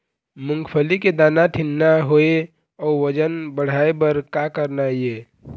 मूंगफली के दाना ठीन्ना होय अउ वजन बढ़ाय बर का करना ये?